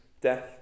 death